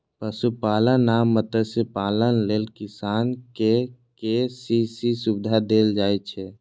पशुपालन आ मत्स्यपालन लेल किसान कें के.सी.सी सुविधा देल जाइ छै